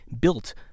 built